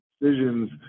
decisions